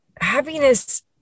happiness